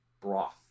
broth